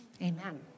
Amen